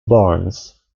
barns